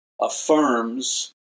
affirms